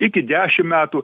iki dešim metų